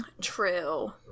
True